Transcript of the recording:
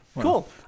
Cool